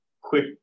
quick